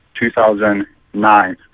2009